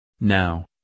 Now